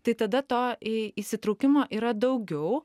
tai tada to į įsitraukimo yra daugiau